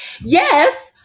Yes